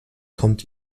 kommt